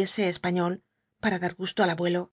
español para dar gusto al abuelo